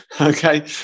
Okay